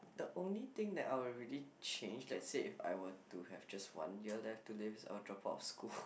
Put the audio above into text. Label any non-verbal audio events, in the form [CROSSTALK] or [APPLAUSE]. the only thing that I would really change let's say if I were to have just one year left to live I would drop out of school [NOISE]